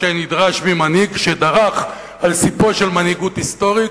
מה שנדרש ממנהיג שדרך על סִפה של מנהיגות היסטורית,